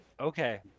Okay